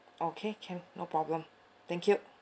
okay can no problem thank you